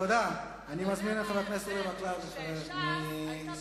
אתה יודע שש"ס היתה בקואליציה של קדימה,